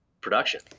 production